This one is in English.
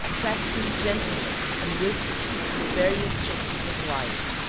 practising gentleness and wisdom in the various chances of life,